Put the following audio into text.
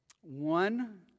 One